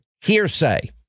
hearsay